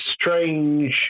strange